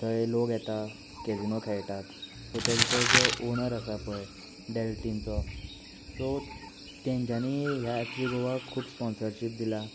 थंय लोग येता कॅजिनो खेळटात सो तांचो जो ओनर आसा पळय डॅल्टिनचो सो तांच्यानी ह्या एफसी गोवाक खूब स्पॉन्सरशीप दिला